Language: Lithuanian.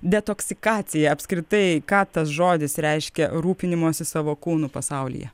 detoksikacija apskritai ką tas žodis reiškia rūpinimosi savo kūnu pasaulyje